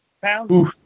pounds